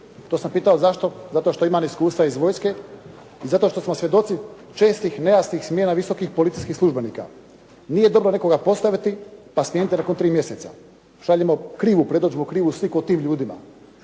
To sam pitao zašto, zato što imam iskustva iz vojske i zato što smo svjedoci čestih nejasnih smjena visokih policijskih službenika. Nije dobro nekoga postaviti pa skinuti nakon tri mjeseca. Šaljemo krivu predodžbu krivu sliku o tim ljudima.